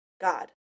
God